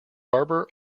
barber